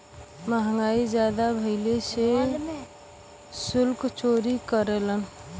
महंगाई जादा भइले से सुल्क चोरी करेलन